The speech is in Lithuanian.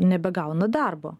nebegauna darbo